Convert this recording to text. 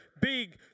big